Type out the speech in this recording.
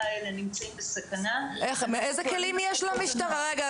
האלה נמצאים בסכנה" אנחנו פועלים --- רגע,